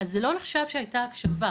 אז זה לא נחשב שהיתה הקשבה.